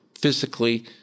physically